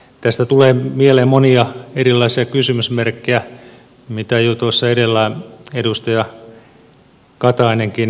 tästä tulee mieleen monia erilaisia kysymysmerkkejä mitä jo tuossa edellä edustaja katainenkin esitteli